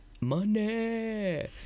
money